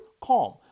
CALM